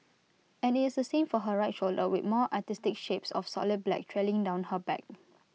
and IT is the same for her right shoulder with more artistic shapes of solid black trailing down her back